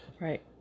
Right